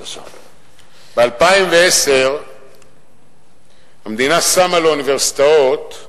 ב-2010 המדינה שמה לאוניברסיטאות,